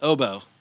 Oboe